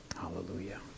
Hallelujah